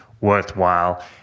worthwhile